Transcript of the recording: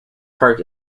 park